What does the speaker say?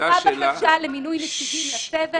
הועברה בקשה למינוי נציגים לצוות.